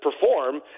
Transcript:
perform